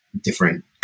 different